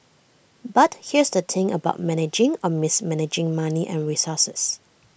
but here's the thing about managing or mismanaging money and resources